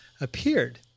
appeared